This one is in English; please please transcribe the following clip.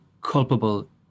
culpable